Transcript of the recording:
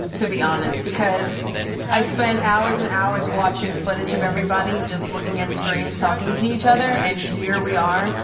to be honest, because i spent hours and hours watching footage of everybody just looking at screens, talking to each other. and here we are,